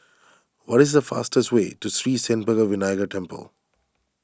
what is the fastest way to Sri Senpaga Vinayagar Temple